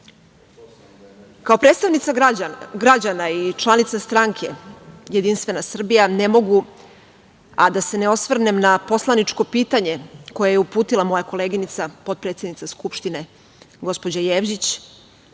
predstavnica građana i članica stranke Jedinstvena Srbija, ne mogu da se ne osvrnem na poslaničko pitanje koje je uputila moja koleginica, potpredsednica Skupštine, gospođa Jevđić